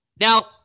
Now